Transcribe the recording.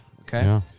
okay